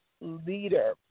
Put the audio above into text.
leader